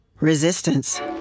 Resistance